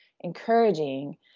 encouraging